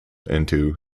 into